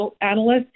analysts